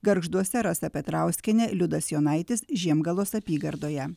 gargžduose rasa petrauskienė liudas jonaitis žiemgalos apygardoje